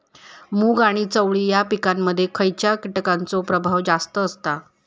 मूग आणि चवळी या पिकांमध्ये खैयच्या कीटकांचो प्रभाव जास्त असता?